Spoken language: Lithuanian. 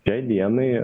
šiai dienai